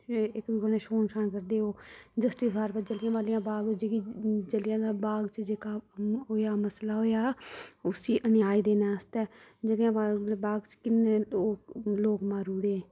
ते एह् इक दुऐ कन्नै छ्होन करदे हे ओह् जस्टिस फार जालियांवाला जलियां दे बाग च ब जेह्का ओह् होएआ हा मसला होएआ हा उसी न्याय देने आस्तै जालियांवाला बाग च किन्ने लोक लोक मारी ओड़े हे